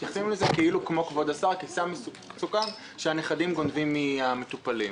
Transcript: מתייחסים לזה כסם מסוכן שהנכדים גונבים מהמטופלים.